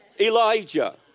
Elijah